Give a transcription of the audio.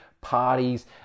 parties